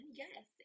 yes